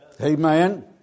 Amen